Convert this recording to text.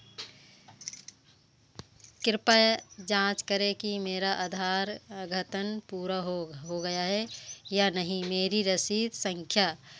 कृपया जाँच करें की मेरा आधार अघतन पूरा हो हो गया है या नहीं मेरी रसीद संख्या